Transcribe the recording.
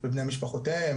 ובני משפחותיהם,